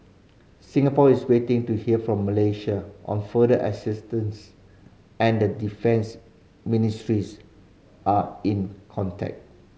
Singapore is waiting to hear from Malaysia on further assistance and the defence are in contact